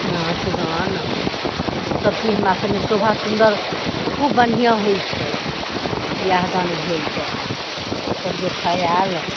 नाँच गान सब चीज हमरा सबमे शोभा सुन्दर खूब बढ़िआँ होइत छै बिआह दान भेल तऽ सब देखऽ आयल